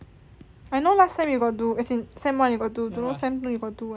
I know last time you got do as in sem one you got do don't know sem two you got do or not